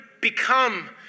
become